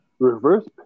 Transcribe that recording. Reverse